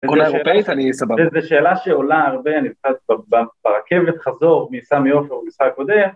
זה שאלה שעולה הרבה, ברכבת חזור מסמי עופר במשחק הקודם